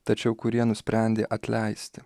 tačiau kurie nusprendė atleisti